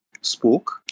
spoke